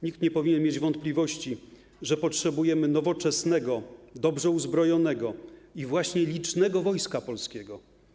Nikt nie powinien mieć wątpliwości, że potrzebujemy nowoczesnego, dobrze uzbrojonego i właśnie licznego Wojska Polskiego.